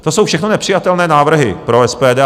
To jsou všechno nepřijatelné návrhy pro SPD.